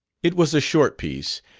it was a short piece,